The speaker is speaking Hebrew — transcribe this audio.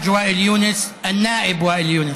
חאג' ואאל יונס,